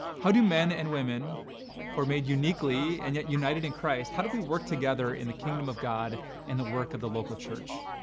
how do men and women who are made uniquely and yet united in christ how do we work together in the kingdom of god and the work of the local church?